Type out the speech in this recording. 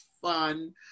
fun